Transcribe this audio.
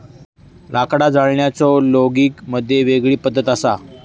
लाकडा जाळण्याचो लोगिग मध्ये वेगळी पद्धत असा